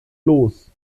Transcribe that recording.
los